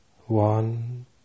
One